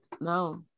No